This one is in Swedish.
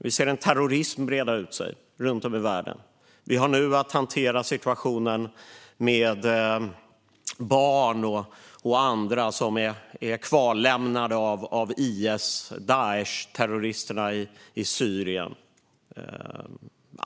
Vi ser terrorismen breda ut sig runt om i världen, och vi har nu att hantera en situation med barn och andra som är kvarlämnade av IS och Daishterroristerna i Syrien.